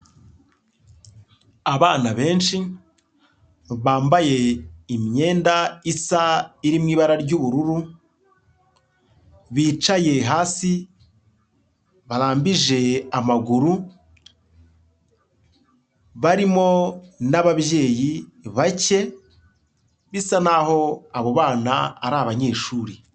Abana benshi bambaye imyenda isa, iri mu ibara ry'ubururu, bicaye hasi barambije amaguru, barimo n'ababyeyi bake, bisa naho abo bana ari abanyeshuri.